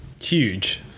Huge